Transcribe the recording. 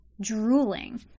drooling